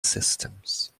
systems